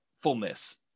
Fullness